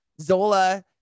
Zola